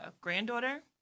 granddaughter